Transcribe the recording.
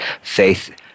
faith